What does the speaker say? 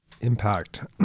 Impact